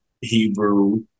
Hebrew